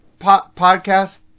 podcast